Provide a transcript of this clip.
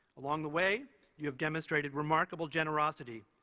along the way you have demonstrated remarkable generosity,